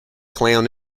clown